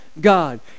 God